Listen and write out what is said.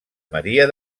maria